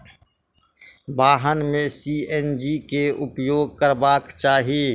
वाहन में सी.एन.जी के उपयोग करबाक चाही